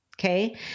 Okay